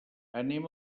anem